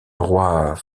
roi